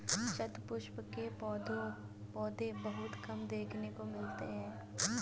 शतपुष्प के पौधे बहुत कम देखने को मिलते हैं